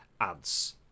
Ads